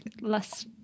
less